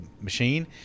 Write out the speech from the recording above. machine